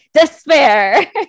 Despair